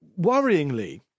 worryingly